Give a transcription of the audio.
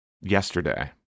yesterday